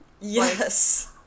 yes